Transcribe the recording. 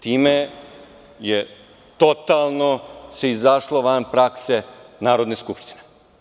Time se totalno izašlo van prakse Narodne skupštine.